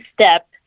step